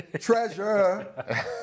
treasure